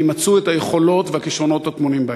ימצו את היכולות והכישרונות הטמונים בהן.